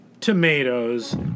Tomatoes